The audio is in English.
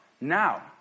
now